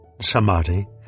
samadhi